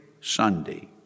Sunday